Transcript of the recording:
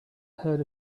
heard